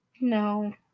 no